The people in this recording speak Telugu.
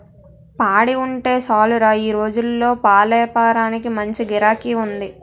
పాడి ఉంటే సాలురా ఈ రోజుల్లో పాలేపారానికి మంచి గిరాకీ ఉంది